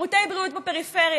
שירותי בריאות בפריפריה,